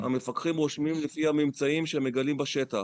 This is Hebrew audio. המפקחים רושמים לפי הממצאים שהם מגלים בשטח.